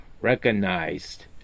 recognized